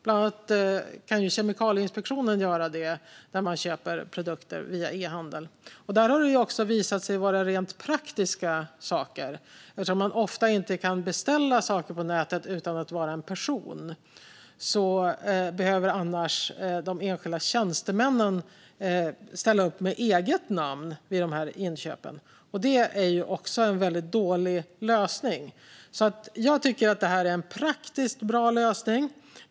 Bland annat kan Kemikalieinspektionen göra det när de köper produkter via e-handel. Där har också rent praktiska saker visat sig. Eftersom det ofta inte går att beställa saker på nätet om man inte är en enskild person behöver enskilda tjänstemän använda eget namn vid de här inköpen. Det är en väldigt dålig lösning. Jag tycker att det här är en praktisk och bra lösning.